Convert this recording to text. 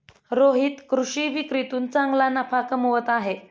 रोहित कृषी विक्रीतून चांगला नफा कमवत आहे